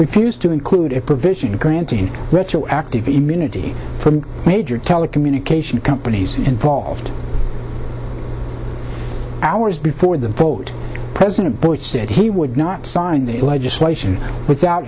refused to include a provision granting retroactive immunity for the major telecommunications companies involved hours before the vote president bush said he would not sign the legislation without